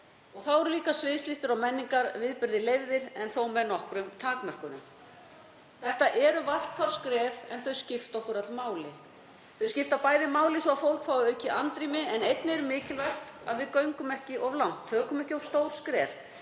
Þá eru líka sviðslista- og menningarviðburðir leyfðir en þó með nokkrum takmörkunum. Þetta eru varkár skref en þau skipta okkur öll máli. Þau skipta bæði máli svo að fólk fái aukið andrými en einnig er mikilvægt að við göngum ekki of langt, að við stígum ekki of stór skref.